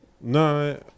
No